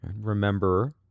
Remember